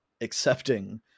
accepting